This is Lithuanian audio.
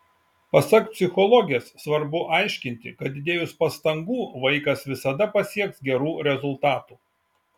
pasak psichologės svarbu aiškinti kad įdėjus pastangų vaikas visada pasieks gerų rezultatų